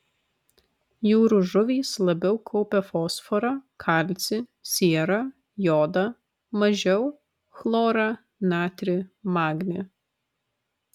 jūrų žuvys labiau kaupia fosforą kalcį sierą jodą mažiau chlorą natrį magnį